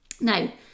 Now